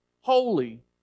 holy